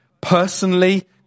personally